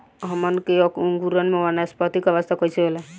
हमन के अंकुरण में वानस्पतिक अवस्था कइसे होला?